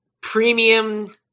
premium